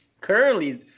currently